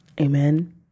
Amen